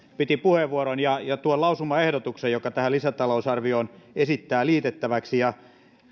piti puheenvuoron ja esitti tuon lausumaehdotuksen jota tähän lisätalousarvioon esittää liitettäväksi ja